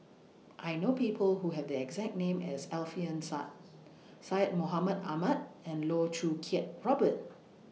I know People Who Have The exact name as Alfian Sa'at Syed Mohamed Ahmed and Loh Choo Kiat Robert